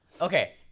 Okay